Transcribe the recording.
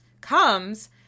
comes